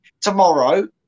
tomorrow